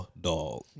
dog